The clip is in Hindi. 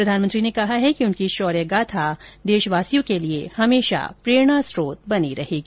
प्रधानमंत्री ने कहा है कि उनकी शौर्य गाथा देशवासियों के लिए हमेशा प्रेरणा का स्रोत बनी रहेगी